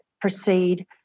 proceed